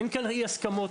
אין כאן אי הסכמות,